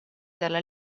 dalla